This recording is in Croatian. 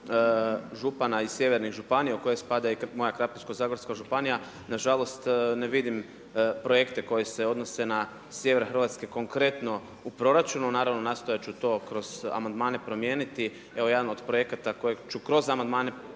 župana iz sjevernih županija u koju spada i moja Krapinsko-zagorska županija, na žalost ne vidim projekte koji se odnose na sjever Hrvatske, konkretno u proračunu, naravno nastojat ću to kroz amandmane promijeniti. Evo jedan od projekata kojeg ću kroz amandmane